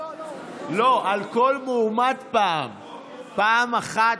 על כל מועמד פעם אחת.